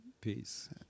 Peace